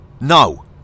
No